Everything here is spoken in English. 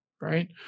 right